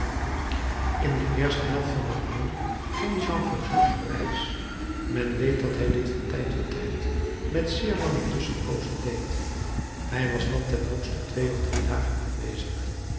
in de eerste helft van april ging jean valjean op reis men weet dat hij dit van tijd tot tijd met zeer lange tusschenpoozen deed hij was dan ten hoogste twee of drie dagen afwezig